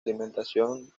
alimentación